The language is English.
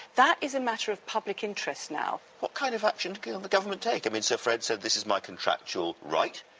that is a matter of public interest now. what kind of action can and the government take? i mean sir fred said, this is my contractual right,